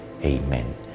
Amen